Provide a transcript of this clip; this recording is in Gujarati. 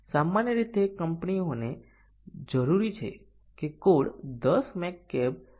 તેથી આપણે સૌ પ્રથમ સત્ય ટેબલ અને નિર્ણય પરિણામ વિકસાવીએ